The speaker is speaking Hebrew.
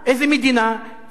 זו מדינה כובשת,